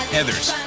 Heathers